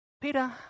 Peter